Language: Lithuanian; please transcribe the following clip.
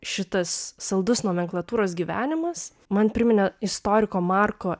šitas saldus nomenklatūros gyvenimas man priminė istoriko marko